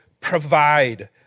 provide